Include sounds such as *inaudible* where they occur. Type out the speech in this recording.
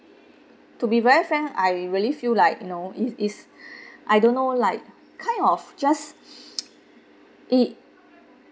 to be very frank I really feel like you know is is *breath* I don't know like kind of just *breath* *noise* it